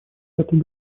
пятой